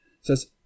Says